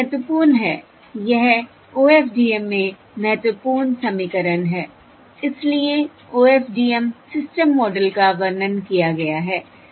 और यह महत्वपूर्ण है यह OFDM में महत्वपूर्ण समीकरण है इसलिए OFDM सिस्टम मॉडल का वर्णन किया गया है